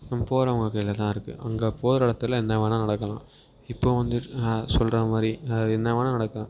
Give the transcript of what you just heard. நம்ம போகிறவங்க கையில் தான் இருக்குது அங்கே போகிற இடத்துல என்ன வேணா நடக்கலாம் இப்போ வந்துட்டு சொல்கிறா மாதிரி அது என்ன வேணால் நடக்கலாம்